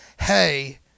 hey